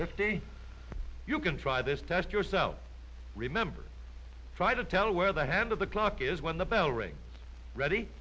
if you can try this test yourself remember try to tell where the hand of the clock is when the bell ring ready